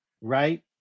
right